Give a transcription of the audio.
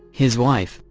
his wife,